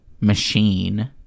machine